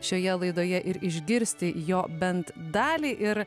šioje laidoje ir išgirsti jo bent dalį ir